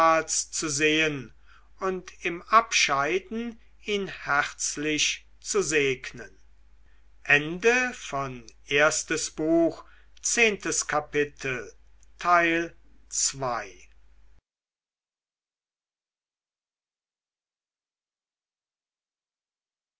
zu sehen und im abscheiden ihn herzlich zu segnen